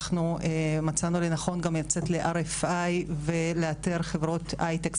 אנחנו מצאנו לנכון גם לצאת ל-RFI ולאתר חברות הייטק,